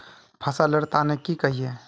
फसल लेर तने कहिए?